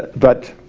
but